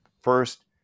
first